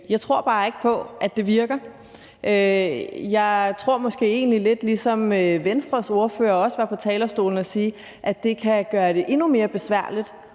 Jeg tror bare ikke på, at det virker. Jeg tror måske egentlig lidt det samme som Venstres ordfører, der sagde på talerstolen, at det kan gøre det endnu mere besværligt